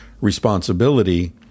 responsibility